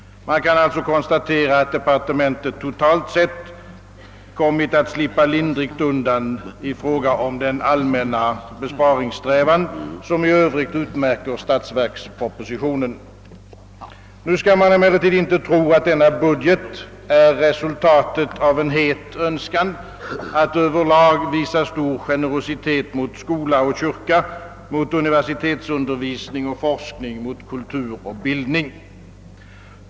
Man kan alltså konstatera, att departementet totalt sett kommit att slippa lindrigt undan i fråga om den allmänna besparingssträvan som 1 övrigt utmärker statsverkspropositionen. Nu skall man emellertid inte tro, att denna budget är resultatet av en het önskan att över lag visa stor generositet mot skola och kyrka, mot universitetsundervisning och forskning, mot kultur och bildning.